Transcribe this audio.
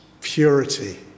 purity